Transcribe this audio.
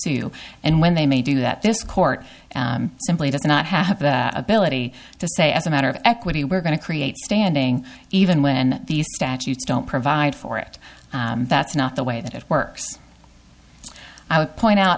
sue and when they may do that this court simply does not have the ability to say as a matter of equity we're going to create standing even when these statutes don't provide for it that's not the way that it works i would point out